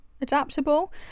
Adaptable